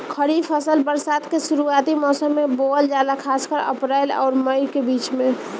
खरीफ फसल बरसात के शुरूआती मौसम में बोवल जाला खासकर अप्रैल आउर मई के बीच में